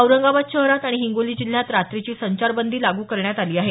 औरंगाबाद शहरात आणि हिंगोली जिल्ह्यात रात्रीची संचारबंदी लागू करण्यात आली आहे